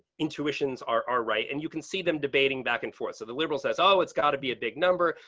intuitions are are right and you can see them debating back and forth. so the liberal says, oh, it's got to be a big number.